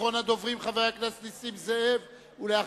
אחרון הדוברים, חבר הכנסת נסים זאב, בבקשה.